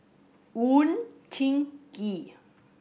Oon Jin Gee